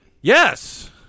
Yes